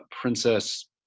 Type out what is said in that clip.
Princess